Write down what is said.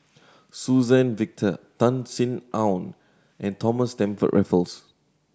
Suzann Victor Tan Sin Aun and Thomas Stamford Raffles